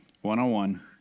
One-on-one